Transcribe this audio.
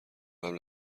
قبل